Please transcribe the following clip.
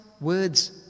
words